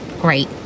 great